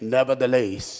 Nevertheless